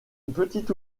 petit